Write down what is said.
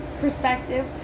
perspective